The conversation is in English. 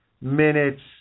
minutes